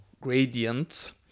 Gradients